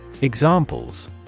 Examples